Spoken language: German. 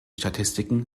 statistiken